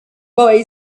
boy